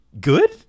Good